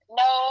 no